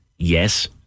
Yes